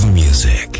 music